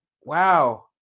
Wow